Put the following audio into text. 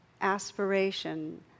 Aspiration